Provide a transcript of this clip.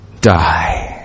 die